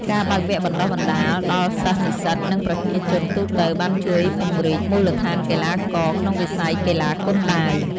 ការបើកវគ្គបណ្តុះបណ្តាលដល់សិស្ស-និស្សិត និងប្រជាជនទូទៅ បានជួយពង្រីកមូលដ្ឋានកីឡាករ ក្នុងវិស័យកីឡាគុនដាវ។